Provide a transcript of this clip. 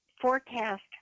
forecast